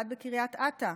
אחד בקריית אתא,